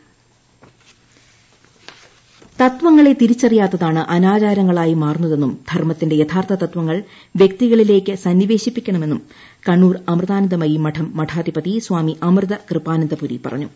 ടടടടടടടടടടടടടട സമാപന സമ്മേളനം റാന്നി തത്വങ്ങളെ തിരിച്ചുറിയാത്തതാണ് അനാചാരങ്ങളായി മാറുന്നതെന്നും ധർമ്മത്തിന്റെ യഥാർത്ഥ തത്വങ്ങൾ വ്യക്തികളിലേക്ക് സന്നിവേശിപ്പിക്കണമെന്നും കണ്ണൂർ അമൃതാനന്ദമയി മഠം മഠാധിപതി സ്വാമി അമൃത കൃപാനന്ദ പുരി പറഞ്ഞു